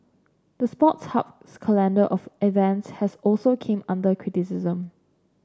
the Sports Hub's calendar of events has also came under criticism